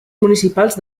municipals